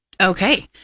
Okay